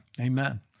Amen